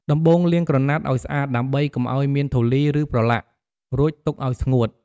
ដំបូងលាងក្រណាត់ អោយស្អាតដើម្បីកុំអោយមានធូលី ឬប្រឡាក់ រួចទុកអោយស្ងួត។